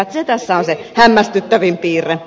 se tässä on se hämmästyttävin piirre